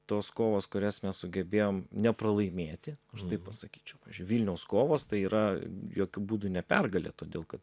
tos kovos kurias mes sugebėjom nepralaimėti aš taip pasakyčiau vilniaus kovos tai yra jokiu būdu ne pergalė todėl kad